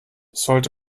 sollte